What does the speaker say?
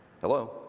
Hello